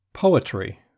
Poetry